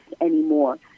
anymore